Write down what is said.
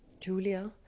Julia